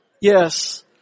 Yes